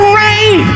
rain